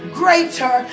greater